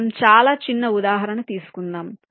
మనం చాలా చిన్న ఉదాహరణ తీసుకుందాం